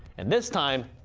and this time,